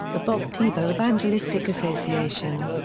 the bob tebow evangelistic association.